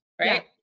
Right